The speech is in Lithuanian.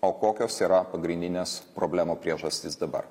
o kokios yra pagrindinės problemų priežastys dabar